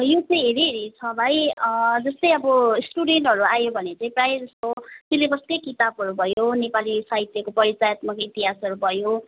यो चाहिँ हेरी हेरी छ भाइ जस्तै अब स्टुडेन्टहरू आयो भने चाहिँ प्रायः जस्तो सिलेबसकै किताबहरू भयो नेपाली साहित्यको परिचयात्मक इतिहासहरू भयो